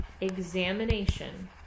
examination